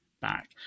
back